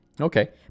Okay